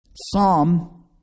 Psalm